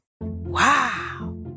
Wow